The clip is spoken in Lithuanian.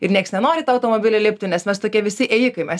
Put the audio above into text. ir nieks nenori į tą automobilį lipti nes mes tokie visi ėjikai mes